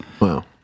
Wow